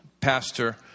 pastor